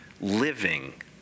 living